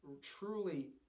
truly